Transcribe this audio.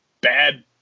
bad